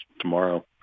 tomorrow